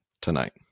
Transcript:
tonight